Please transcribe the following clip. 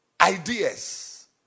ideas